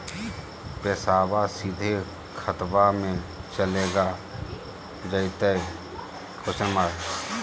पैसाबा सीधे खतबा मे चलेगा जयते?